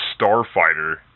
Starfighter